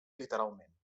literalment